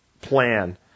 plan